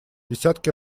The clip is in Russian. десятки